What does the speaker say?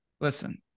listen